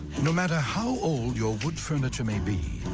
no matter how old your wood furniture may be,